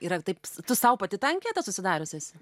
ir ar taip tu sau pati tą anketą susidariusi esi